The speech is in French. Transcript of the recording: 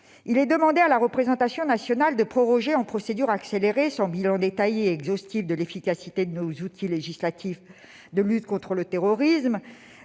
Il est demandé à la représentation nationale de proroger, en procédure accélérée- sans bilans détaillés et exhaustifs de l'efficacité de nos outils législatifs de lutte contre le terrorisme